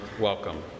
welcome